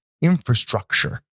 infrastructure